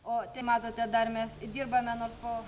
o tai matote dar mes dirbame nors po